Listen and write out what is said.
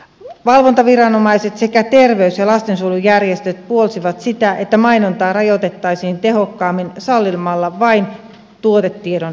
valvontaviranomaiset sekä terveys ja lastensuojelujärjestöt puolsivat sitä että mainontaa rajoitettaisiin tehokkaammin sallimalla vain tuotetiedon esittäminen